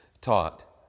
taught